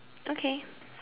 okay